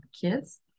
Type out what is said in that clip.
kids